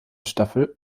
staffel